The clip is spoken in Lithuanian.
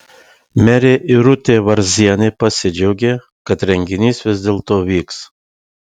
merė irutė varzienė pasidžiaugė kad renginys vis dėlto vyks